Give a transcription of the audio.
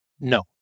no